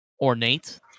ornate